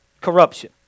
Corruption